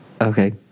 okay